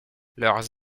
leurs